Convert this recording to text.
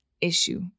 issue